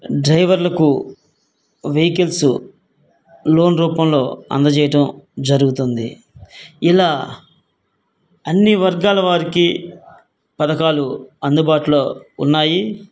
డ్రైవర్లకు vehicles loan రూపంలో అందజేయటం జరుగుతుంది ఇలా అన్ని వర్గాల వారికి పథకాలు అందుబాటులో ఉన్నాయి